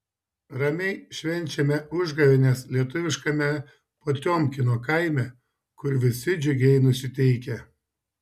ramiai švenčiame užgavėnes lietuviškame potiomkino kaime kur visi džiugiai nusiteikę